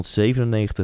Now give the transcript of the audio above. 1997